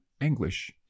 English